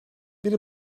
biri